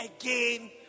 again